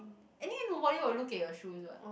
any nobody will look at your shoes what